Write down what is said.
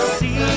see